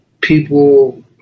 people